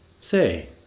Say